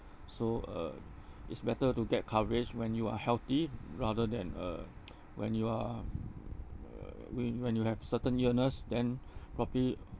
so uh it's better to get coverage when you are healthy rather than uh when you are when you when you have certain illness then probably